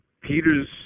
Peter's